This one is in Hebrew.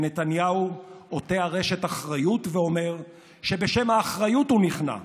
ונתניהו עוטה ארשת אחריות ואומר שבשם האחריות הוא נכנע.